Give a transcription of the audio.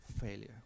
failure